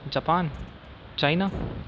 Japan China